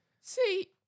See